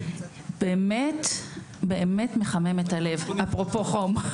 באמת מחמם את הלב, אפרופו חום.